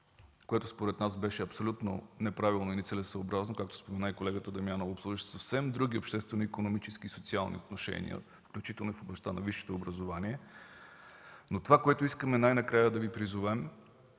което според нас беше абсолютно неправилно и нецелесъобразно, както спомена и колежката Дамянова – обслужваше съвсем други обществени, икономически и социални отношения, включително и в областта на висшето образование. Това, към което искаме най-накрая да Ви призовем: